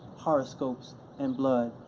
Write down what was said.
horoscopes and blood.